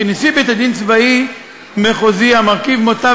וכי נשיא בית-דין צבאי מחוזי המרכיב מותב